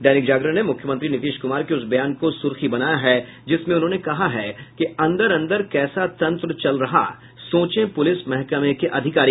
दैनिक जागरण ने मुख्यमंत्री नीतीश कुमार के उस बयान को सुर्खी बनाया है जिसमें उन्होंने कहा है कि अंदर अंदर कैसा तंत्र चल रहा सोचें पुलिस महकमे के अधिकारी